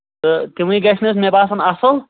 تہٕ تِمَے گژھِنَس مےٚ باسان اَصٕل